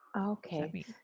Okay